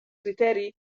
criteri